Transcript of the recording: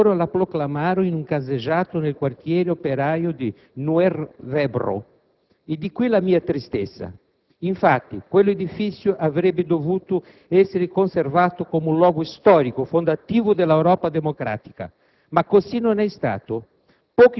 La proclamarono in un caseggiato nel quartiere operaio di Noerrebro. E da qui la mia tristezza: infatti, quell'edificio avrebbe dovuto essere conservato come luogo storico fondativo dell'Europa democratica, ma così non è stato.